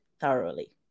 thoroughly